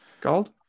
Gold